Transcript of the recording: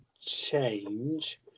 change